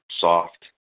soft